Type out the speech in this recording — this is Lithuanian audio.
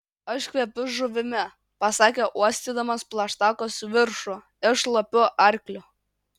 aš kvepiu žuvimi pasakė uostydamas plaštakos viršų ir šlapiu arkliu